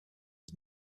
was